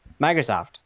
Microsoft